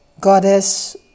goddess